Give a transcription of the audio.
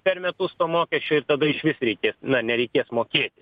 per metus to mokesčių ir tada išvis reikės na nereikės mokėti